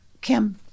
Kim